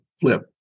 flip